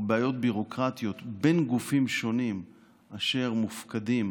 או בעיות ביורוקרטיות בין גופים שונים אשר מופקדים